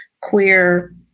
queer